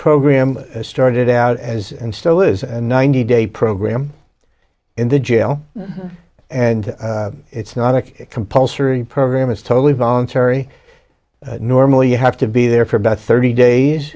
program started out as and still is a ninety day program in the jail and it's not a compulsory program is totally voluntary normally you have to be there for about thirty days